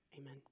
Amen